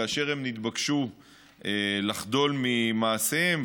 כאשר הם התבקשו לחדול ממעשיהם,